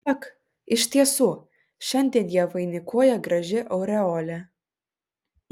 ak iš tiesų šiandien ją vainikuoja graži aureolė